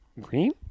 green